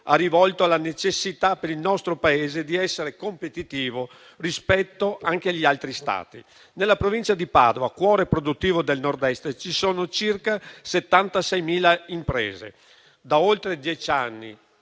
rivolto alla necessità, per il nostro Paese, di essere competitivo rispetto anche agli altri Stati. Nella provincia di Padova, cuore produttivo del Nordest, ci sono circa 76.000 imprese. Da oltre dieci anni